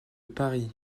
paris